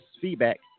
feedback